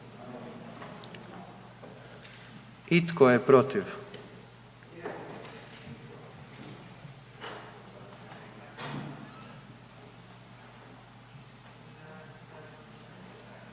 I tko je protiv?